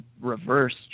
reverse